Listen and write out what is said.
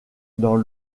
dans